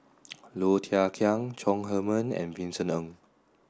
Low Thia Khiang Chong Heman and Vincent Ng